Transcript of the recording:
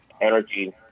energy